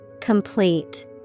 Complete